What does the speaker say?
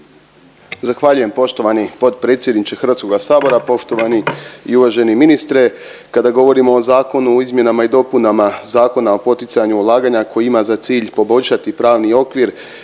Zahvaljujem poštovani potpredsjedniče Hrvatskoga sabora. Poštovani i uvaženi ministre, kada govorimo o Zakonu o izmjenama i dopunama Zakona o poticanju ulaganja koji ima za cilj poboljšati pravni okvir